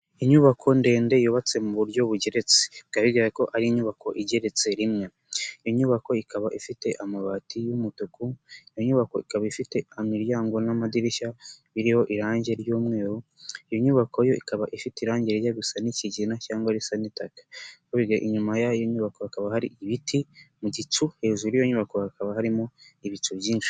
Inyubako ndende yubatse mu buryo bugeretse, bikaba bigaragara ko ari inyubako igeretse rimwe, iyo nyubako ikaba ifite amabati y'umutuku, iyo nyubako ikaba ifite imiryango n'amadirishya biriho irangi ry'umweru, iyo nyubako yo ikaba ifite irangi rijya gusa n'ikigina cyangwa risa n'ita inyuma y'ayo nyubako hakaba hari ibiti mu gicu hejuru y'iyo nyubako hakaba harimo ibicu byinshi.